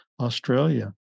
Australia